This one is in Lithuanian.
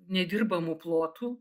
nedirbamų plotų